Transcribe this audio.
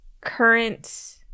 current